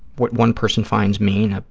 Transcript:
what one person finds mean, ah